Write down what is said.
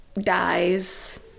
dies